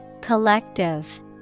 Collective